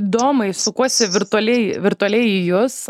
domai sukuosi virtualiai virtualiai į jus